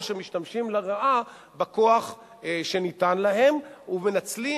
או שמשתמשים לרעה בכוח שניתן להם ומנצלים